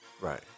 Right